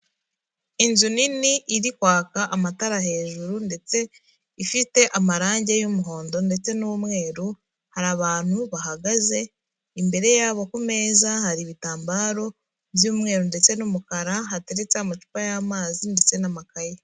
Inzu nini iri kwaka amatara hejuru ndetse ifite amarangi y'umuhondo ndetse n'umweru, hari abantu bahagaze imbere yabo ku meza hari ibitambaro by'umweru ndetse n'umukara, hateretseho amacupa y'amazi ndetse n'amakaye.